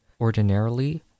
Ordinarily